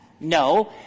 No